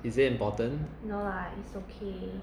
is it important